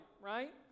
right